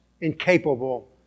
incapable